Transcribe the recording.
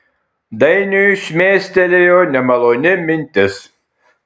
dainiui šmėstelėjo nemaloni mintis